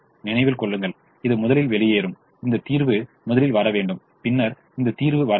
நினைவில் கொள்ளுங்கள் இது முதலில் வெளியேறும் இந்த தீர்வு முதலில் வர வேண்டும் பின்னர் இந்த தீர்வு வர வேண்டும்